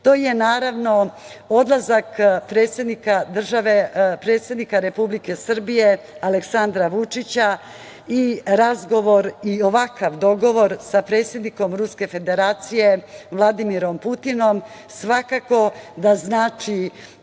predsednika države, predsednika Republike Srbije, Aleksandra Vučića i razgovor i ovakav dogovor sa predsednikom Ruske Federacije, Vladimirom Putinom svakako da znači